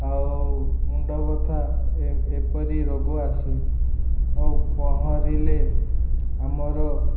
ଆଉ ମୁଣ୍ଡ ବଥା ଏପରି ରୋଗ ଆସେ ଆଉ ପହଁରିଲେ ଆମର